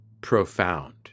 profound